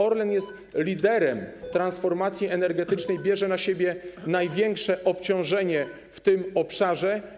Orlen jest liderem transformacji energetycznej, bierze na siebie największe obciążenie w tym obszarze.